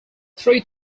three